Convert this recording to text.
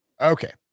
Okay